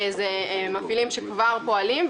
אלה מפעילים שכבר פועלים,